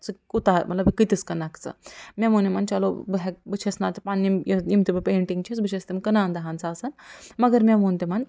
ژٕ کوٗتاہ مطلب کۭتِس کٕنَکھ ژٕ مےٚ ووٚن یِمَن چلو بہٕ ہٮ۪کہٕ بہٕ چھَس نَتہٕ پَنٕنہِ یِم تہِ بہٕ پینٛٹِنٛگ چھَس بہٕ چھَس تِم کٕنان دَہَن ساسَن مگر مےٚ ووٚن تِمَن